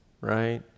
right